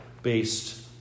based